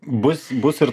bus bus ir